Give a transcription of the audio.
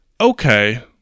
Okay